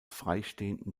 freistehenden